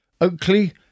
Oakley